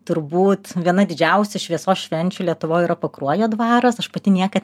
turbūt viena didžiausių šviesos švenčių lietuvoj yra pakruojo dvaras aš pati niekad